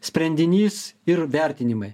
sprendinys ir vertinimai